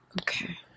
Okay